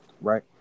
Right